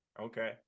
Okay